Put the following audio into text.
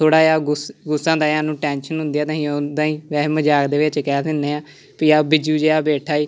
ਥੋੜ੍ਹਾ ਜਿਹਾ ਗੁੱਸ ਗੁੱਸਾ ਹੁੰਦਾ ਜਾਂ ਉਹਨੂੰ ਟੈਂਸ਼ਨ ਹੁੰਦੀ ਤਾਂ ਅਸੀਂ ਓਦਾਂ ਹੀ ਵੈਸੇ ਮਜ਼ਾਕ ਦੇ ਵਿੱਚ ਕਹਿ ਦਿੰਦੇ ਹਾਂ ਵੀ ਆਹ ਬਿੱਜੂ ਜਿਹਾ ਬੈਠਾ ਹੈ